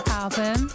album